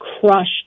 crushed